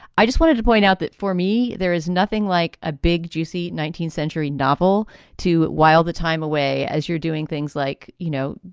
i just wanted to point out that for me there is nothing like a big, juicy nineteenth century novel to while the time away as you're doing things like, you know,